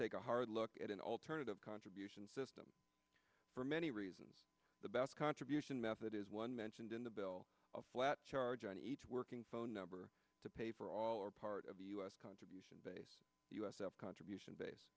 take a high look at an alternative contribution system for many reasons the best contribution method is one mentioned in the bill a flat charge on each working phone number to pay for all or part of the u s contribution base u s l contribution base